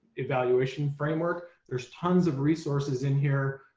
evaluation framework. there's tons of resources in here.